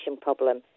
problem